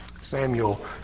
Samuel